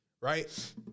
right